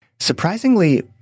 Surprisingly